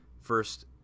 First